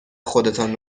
خودتان